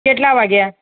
કેટલા વાગ્યા